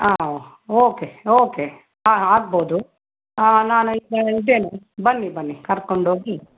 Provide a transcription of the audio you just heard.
ಹಾಂ okay okay ಹಾಂ ಆಗ್ಬೋದು ನಾನು ಇದ್ದೇನೆ ಬನ್ನಿ ಬನ್ನಿ ಕರ್ಕೊಂಡೋಗಿ